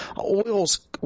Oils